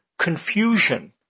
confusion